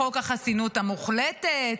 בחוק החסינות המוחלטת,